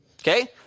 Okay